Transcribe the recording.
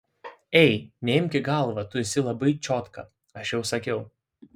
ei neimk į galvą tu esi labai čiotka aš jau sakiau